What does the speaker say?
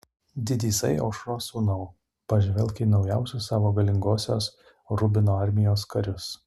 didysai aušros sūnau pažvelk į naujausius savo galingosios rubino armijos karius